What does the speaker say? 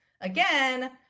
again